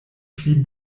pli